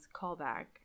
callback